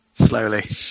slowly